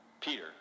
Peter